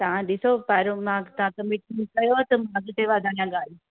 तव्हां ॾिसो पहिरों मां तव्हां त मीटिंग कयव त अॻिते वधायां ॻाल्हि